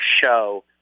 show